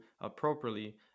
appropriately